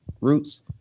Roots